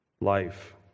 life